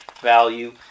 value